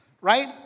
right